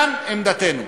זאת עמדתנו.